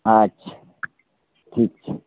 अच्छा ठीक छै